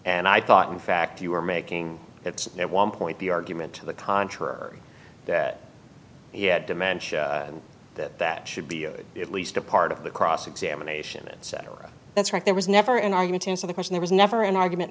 and i thought in fact you were making it at one point the argument to the contrary that he had dementia and that that should be at least a part of the cross examination etc that's right there was never an argument to answer the question there was never an argument